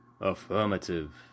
Affirmative